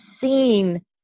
seen